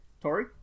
Tori